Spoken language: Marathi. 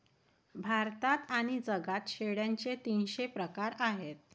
भारतात आणि जगात शेळ्यांचे तीनशे प्रकार आहेत